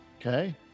Okay